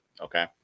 okay